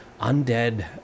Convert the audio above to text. undead